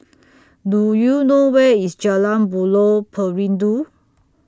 Do YOU know Where IS Jalan Buloh Perindu